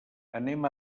anem